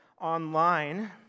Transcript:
online